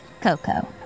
Coco